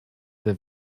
that